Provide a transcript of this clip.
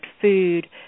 food